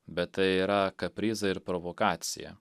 bet tai yra kaprizai ir provokacija